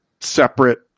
separate